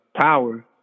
power